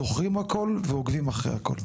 זוכרים הכול ועוקבים אחרי הכול.